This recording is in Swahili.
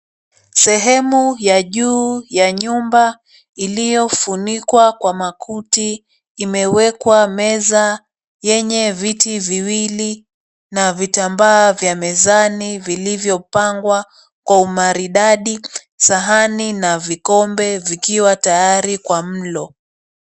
Sehemu ya juu ya nyumba iliyofunikwa kwa makuti imewekwa meza yenye viti viwili na vitambaa vya mezani vilivyopangwa kwa umaridadi, sahani na vikombe vikiwa tayari kwa mlo.